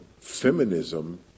feminism